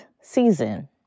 season